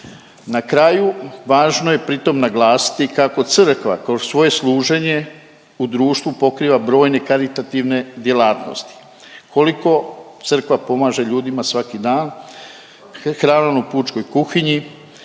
Na kraju važno je pritom naglasiti kako crkva kroz svoje služenje u društvu pokriva brojne karitativne djelatnosti. Koliko crkva pomaže ljudima svaki dan hranom u pučkoj kuhinji,